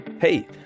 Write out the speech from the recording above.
Hey